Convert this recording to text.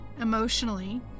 emotionally